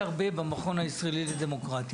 אני הופעתי הרבה במכון הישראלי לדמוקרטיה,